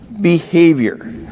behavior